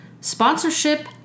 Sponsorship